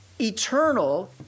eternal